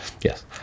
Yes